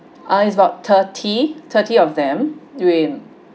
ah it's about thirty thirty of them